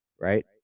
right